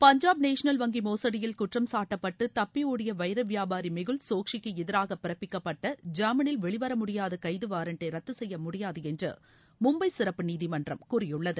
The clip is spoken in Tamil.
பஞ்சாப் நேஷ்னல் வங்கி மோசடியில் குற்றம் சாட்டப்பட்டு தப்பி ஒடிய வைர வியாபாரி மெகுல் சோக்சிக்கு எதிராக பிறபிக்கப்பட்ட ஜாமினில் வெளிவரமுடியாத கைது வாரண்டை ரத்து செய்ய முடியாது என்று மும்பை சிறப்பு நீதிமன்றம் கூறியுள்ளது